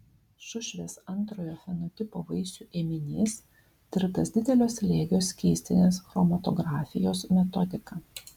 šušvės antrojo fenotipo vaisių ėminys tirtas didelio slėgio skystinės chromatografijos metodika